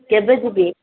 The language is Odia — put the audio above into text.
କେବେ ଯିବି